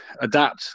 adapt